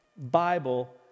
Bible